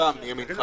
שם, מימינך.